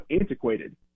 antiquated